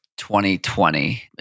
2020